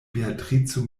beatrico